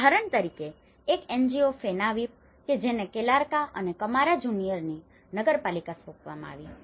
ઉદાહરણ તરીકે એક NGO ફેનાવિપ 'Fenavip' કે જેને કેલાર્કા અને કમારા જુનિયરની નગરપાલિકા સોંપવામાં આવી